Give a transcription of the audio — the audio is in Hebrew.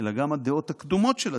אלא גם הדעות הקדומות של הציבור: